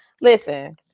listen